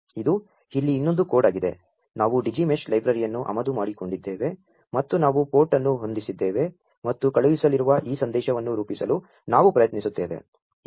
ಇದು ಇಲ್ಲಿ ಇನ್ನೊಂ ದು ಕೋ ಡ್ ಆಗಿದೆ ನಾ ವು Digi Mesh ಲೈ ಬ್ರ ರಿಯನ್ನು ಆಮದು ಮಾ ಡಿಕೊಂ ಡಿದ್ದೇ ವೆ ಮತ್ತು ನಾ ವು ಪೋ ರ್ಟ್ ಅನ್ನು ಹೊಂ ದಿಸಿದ್ದೇ ವೆ ಮತ್ತು ಕಳು ಹಿಸಲಿರು ವ ಈ ಸಂ ದೇ ಶವನ್ನು ರೂ ಪಿಸಲು ನಾ ವು ಪ್ರಯತ್ನಿಸು ತ್ತೇ ವೆ